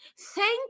Thank